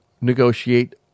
negotiate